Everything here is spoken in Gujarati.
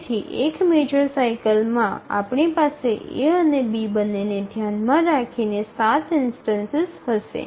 તેથી એક મેજર સાઇકલમાં આપણી પાસે A અને B બંનેને ધ્યાનમાં રાખીને 7 ઇન્સ્ટનસિસ હશે